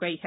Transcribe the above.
गई है